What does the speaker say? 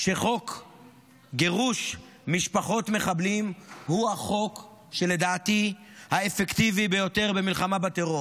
שחוק גירוש משפחות מחבלים הוא החוק שלדעתי אפקטיבי ביותר במלחמה בטרור,